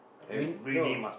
we need no